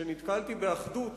שנתקלתי באחדות